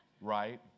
right